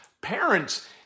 Parents